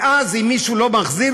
ואז אם מישהו לא מחזיר,